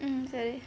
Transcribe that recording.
mm sorry